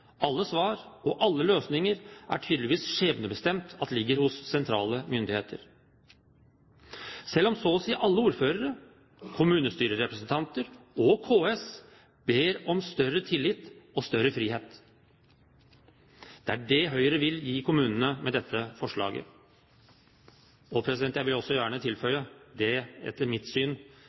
er tydeligvis skjebnebestemt at alle svar og alle løsninger ligger hos sentrale myndigheter, selv om så å si alle ordførere, kommunestyrerepresentanter og KS ber om større tillit og større frihet. Det er det Høyre vil gi kommunene med dette forslaget. Jeg vil gjerne også tilføye: Det vil – etter mitt syn